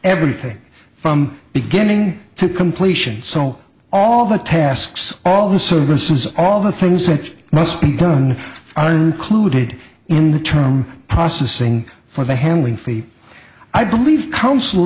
everything from beginning to completion all the tasks all the services all the things that must be done on clued in the term processing for the handling fee i believe coun